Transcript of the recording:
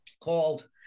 called